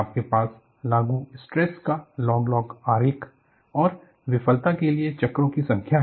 आपके पास लागू स्ट्रेस का लॉग लॉग आलेख और विफलता के लिए चक्रों की संख्या है